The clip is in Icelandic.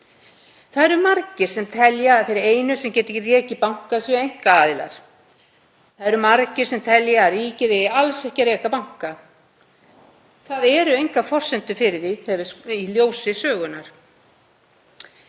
Það eru margir sem telja að þeir einu sem geti rekið banka séu einkaaðilar. Það eru margir sem telja að ríkið eigi alls ekki að reka banka. Það eru engar forsendur fyrir því í ljósi sögunnar.